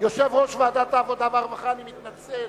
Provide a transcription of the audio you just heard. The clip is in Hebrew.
יושב-ראש ועדת העבודה והרווחה, אני מתנצל.